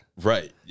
Right